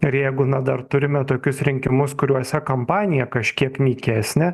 ir jeigu na dar turime tokius rinkimus kuriuose kampanija kažkiek nykesnė